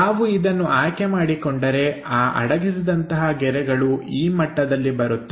ನಾವು ಇದನ್ನು ಆಯ್ಕೆ ಮಾಡಿಕೊಂಡರೆ ಆ ಅಡಗಿಸಿದಂತಹ ಗೆರೆಗಳು ಈ ಮಟ್ಟದಲ್ಲಿ ಬರುತ್ತವೆ